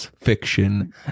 fiction